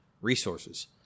resources